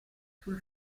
sul